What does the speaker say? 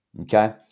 okay